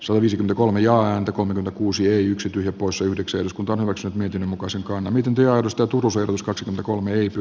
surisi kolme jaa ääntä kolme kuusi yksi tyhjä poissa yhdeksän eduskunta hyväksyi mietinnön mukaan se on eniten työllistää turussa kaksi kolme liity